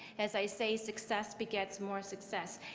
as i say, success begets more success.